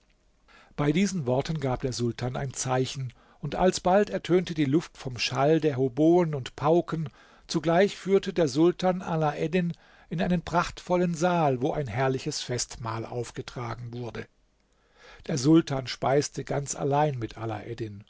bei diesen worten gab der sultan ein zeichen und alsbald ertönte die luft vom schall der hoboen und pauken zugleich führte der sultan alaeddin in einen prachtvollen saal wo ein herrliches festmahl aufgetragen wurde der sultan speiste ganz allein mit